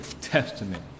Testament